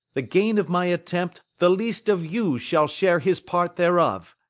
the gain of my attempt the least of you shall share his part thereof.